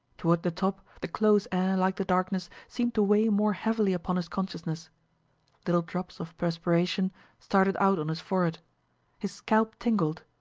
toward the top the close air, like the darkness, seemed to weigh more heavily upon his consciousness little drops of perspiration started out on his forehead, his scalp tingled,